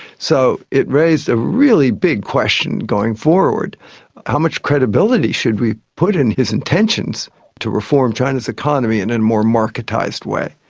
so it raised a really big question going forward how much credibility should we put in his intentions to reform china's economy in a more marketised way?